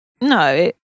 no